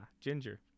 Ginger